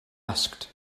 asked